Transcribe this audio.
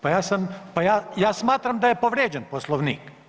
Pa ja sam, ja smatram da je povrijeđen Poslovnik.